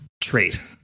trait